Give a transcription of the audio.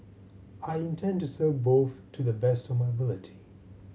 I intend to serve both to the best of my ability